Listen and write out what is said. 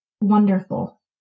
wonderful